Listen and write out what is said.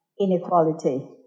inequality